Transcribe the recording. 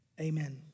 amen